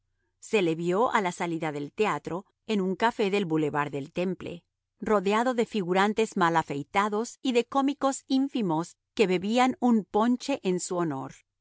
se le vio a la salida del teatro en un café del bulevar del temple rodeado de figurantes mal afeitados y de cómicos ínfimos que bebían un ponche en su honor